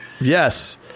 Yes